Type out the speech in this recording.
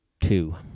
two